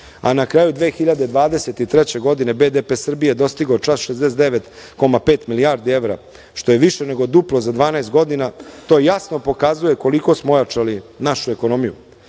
a na kraju 2023. godine BDP Srbije dostigao čak 69,5 milijardi evra, što je više nego duplo za 12 godina, to jasno pokazuje koliko smo ojačali našu ekonomiju.